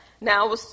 Now